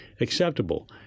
acceptable